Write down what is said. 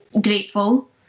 grateful